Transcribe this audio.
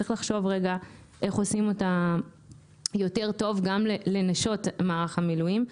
צריך לחשוב רגע איך עושים אותה יותר טוב גם לנשות מערך המילואים.